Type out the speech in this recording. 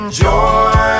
joy